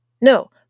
No